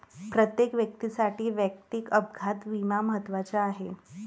प्रत्येक व्यक्तीसाठी वैयक्तिक अपघात विमा महत्त्वाचा आहे